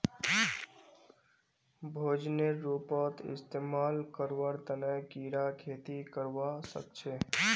भोजनेर रूपत इस्तमाल करवार तने कीरा खेती करवा सख छे